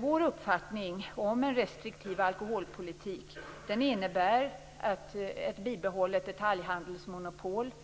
Vår uppfattning om en restriktiv alkoholpolitik innebär ett bibehållet detaljhandelsmonopol,